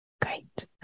Great